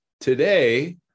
Today